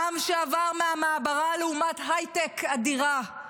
העם שעבר מהמעברה לאומת הייטק אדירה,